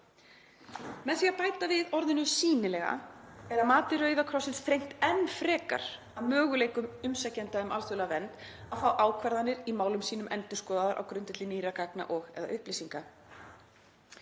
Með því að bæta við orðinu „sýnilega“ er að mati Rauða krossins þrengt enn frekar að möguleikum umsækjenda um alþjóðlega vernd að fá ákvarðanir í málum sínum endurskoðaðar á grundvelli nýrra gagna og/eða upplýsinga.“